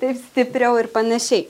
taip stipriau ir panašiai